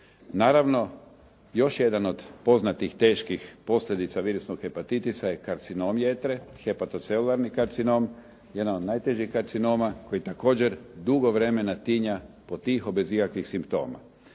Naravno, još jedan od poznatih teških posljedica virusnog hepatitisa je karcinom jetre, hepatocelularni karcinom, jedan od najtežih karcinoma koji također dugo vremena tinja potiho bez ikakvih simptoma.